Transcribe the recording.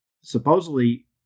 supposedly